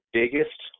biggest